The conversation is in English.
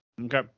Okay